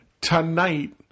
tonight